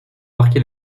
marqué